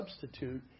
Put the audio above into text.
substitute